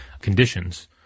conditions